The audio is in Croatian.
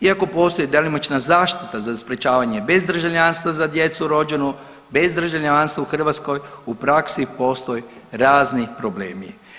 Iako postoji djelomična zaštita za sprečavanje bez državljanstva za djecu rođenu bez državljanstva u Hrvatskoj u praksi postoje razni problemi.